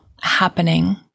happening